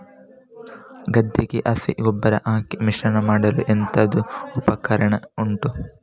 ಗದ್ದೆಗೆ ಹಸಿ ಗೊಬ್ಬರ ಹಾಕಿ ಮಿಶ್ರಣ ಮಾಡಲು ಎಂತದು ಉಪಕರಣ ಉಂಟು?